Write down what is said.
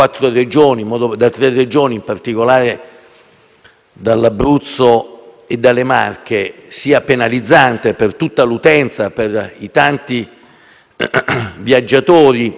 dall'Abruzzo e dalle Marche) sia penalizzante per tutta l'utenza e per i tanti viaggiatori che sono costretti a recarsi